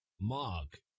Mark